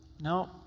No